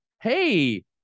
Hey